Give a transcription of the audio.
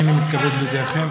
הינני מתכבד להודיעכם,